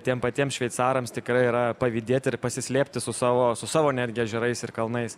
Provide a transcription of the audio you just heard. tiem patiem šveicarams tikrai yra pavydėti ir pasislėpti su savo su savo netgi ežerais ir kalnais